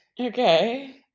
okay